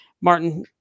martin